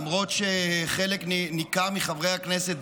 למרות שחלק ניכר מחברי הכנסת,